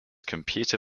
computer